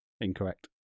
Incorrect